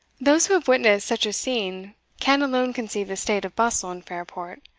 those who have witnessed such a scene can alone conceive the state of bustle in fairport.